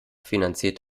finanziert